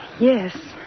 Yes